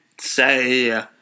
say